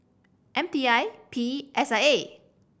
M T I P E S I A